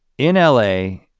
in l a.